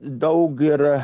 daug ir